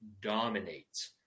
dominates